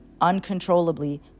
uncontrollably